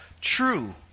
True